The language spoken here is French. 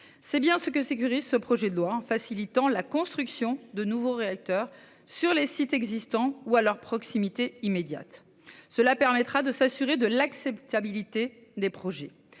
C'est bien cela que garantit ce projet de loi, en facilitant la construction de nouveaux réacteurs sur les sites existants ou dans leur proximité immédiate, afin de s'assurer de l'acceptabilité des projets.